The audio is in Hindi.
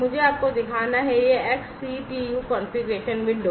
मुझे आपको दिखाना हैं यह XCTU कॉन्फ़िगरेशन विंडो